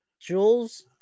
Jules